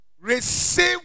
receive